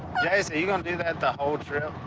jase are you going to do that the whole trip?